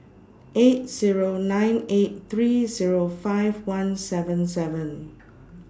eight Zero nine eight three Zero five one seven seven